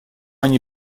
они